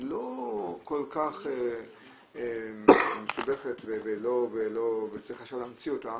היא לא כל כך מסובכת וצריך עכשיו להמציא אותה,